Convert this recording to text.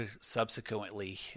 subsequently